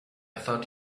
thought